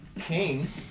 King